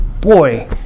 boy